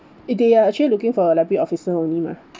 it they are actually looking for a library officer only mah